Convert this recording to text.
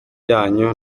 yanyu